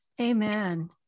Amen